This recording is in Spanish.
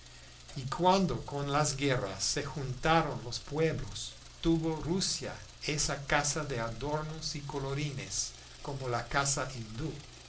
y cuando con las guerras se juntaron los pueblos tuvo rusia esa casa de adornos y colorines como la casa hindú